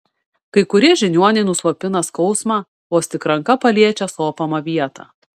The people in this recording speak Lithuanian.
kai kurie žiniuoniai nuslopina skausmą vos tik ranka paliečia sopamą vietą